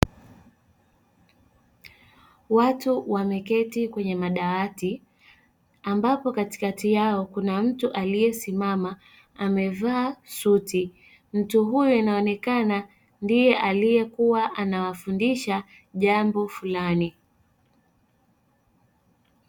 Watu wameketi kwenye madawati ambapo katikati yao kuna mtu aliyesimama amevaa suti, mtu huyo inaonekana ndiye aliyekuwa anawafundisha jambo fulani.